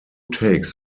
takes